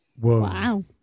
Wow